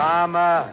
Mama